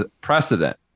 precedent